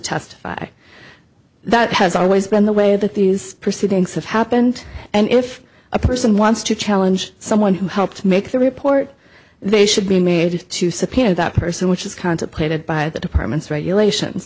testify that has always been the way that these proceedings have happened and if a person wants to challenge someone who helped make the report they should be made to subpoena that person which is contemplated by the department's regulations